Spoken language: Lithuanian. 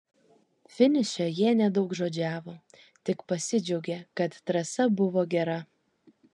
finiše jie nedaugžodžiavo tik pasidžiaugė kad trasa buvo gera